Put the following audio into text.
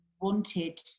wanted